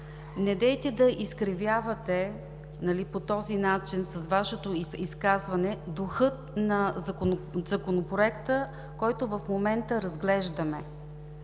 Недейте да изкривявате по този начин с Вашето изказване духа на Законопроекта, който в момента разглеждаме.